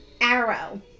arrow